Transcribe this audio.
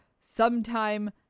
sometime